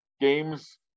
games